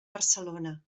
barcelona